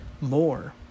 more